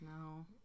No